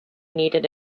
needed